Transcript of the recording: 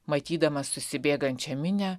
matydamas susibėgančią minią